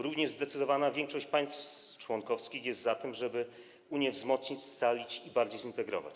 Również zdecydowana większość państw członkowskich jest za tym, żeby Unię wzmocnić, scalić i bardziej zintegrować.